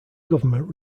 government